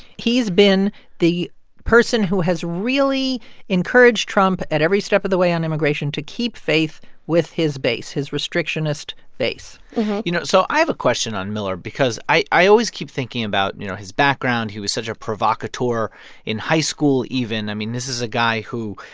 he's been the person who has really encouraged trump at every step of the way on immigration to keep faith with his base, his restrictionist base you know, so i have a question on miller because i i always keep thinking about, you know, his background. he was such a provocateur in high school even. i mean, this is a guy who,